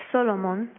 Solomon